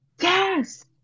yes